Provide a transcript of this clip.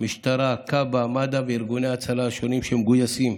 משטרה, כב"א, מד"א וארגוני ההצלה השונים שמגויסים.